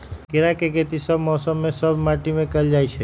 केराके खेती सभ मौसम में सभ माटि में कएल जाइ छै